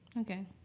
Okay